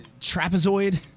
trapezoid